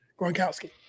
gronkowski